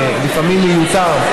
לפעמים מיותר,